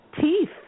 teeth